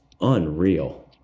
unreal